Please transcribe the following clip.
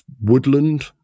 woodland